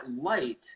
light